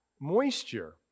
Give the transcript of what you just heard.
moisture